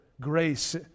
grace